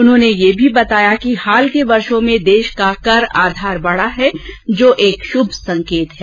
उन्होंने यह भी बताया कि हाल के वर्षों में देश का कर आधारबढ़ा है जो एक शुभ संकेत है